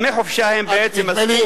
דמי חופשה הם בעצם הסכום,